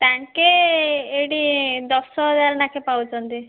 ତାଙ୍କେ ଏଠି ଦଶ ହଜାର ଲେଖାଏଁ ପାଉଛନ୍ତି